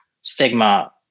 stigma